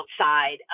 outside